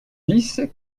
dix